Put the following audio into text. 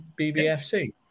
BBFC